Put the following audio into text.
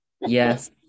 Yes